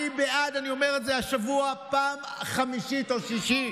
אני אומר את זה השבוע בפעם החמישית או השישית.